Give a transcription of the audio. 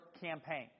campaign